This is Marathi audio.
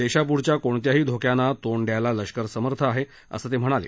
देशापुढच्या कोणत्याही धोक्याला तोंड द्यायला लष्कर समर्थ आहे असं ते म्हणाले